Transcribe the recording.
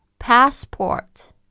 Passport